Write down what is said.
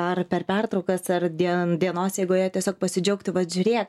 ar per pertraukas ar die dienos eigoje tiesiog pasidžiaugti vat žiūrėk